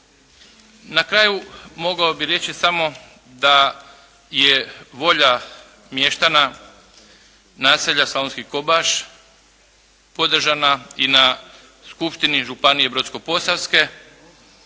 Na kraju mogao bih reći samo da je volja mještana naselja Slavonski Kobaš podržana i na Skupštini Županije brodsko-posavske